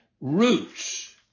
Roots